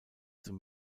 zum